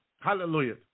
Hallelujah